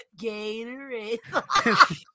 gatorade